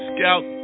Scout